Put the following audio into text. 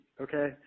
okay